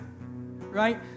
right